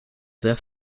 sehr